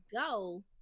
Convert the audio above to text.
go